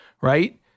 right